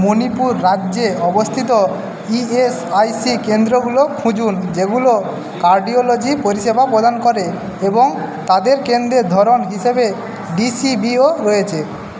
মণিপুর রাজ্যে অবস্থিত ইএসআইসি কেন্দ্রগুলো খুঁজুন যেগুলো কার্ডিওলজি পরিষেবা প্রদান করে এবং তাদের কেন্দ্রের ধরন হিসেবে ডিসিবি ও রয়েছে